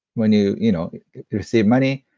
when you you know receive money,